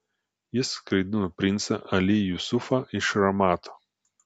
jis skraidino princą ali jusufą iš ramato